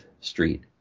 Street